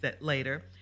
later